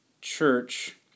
Church